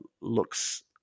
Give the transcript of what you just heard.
looks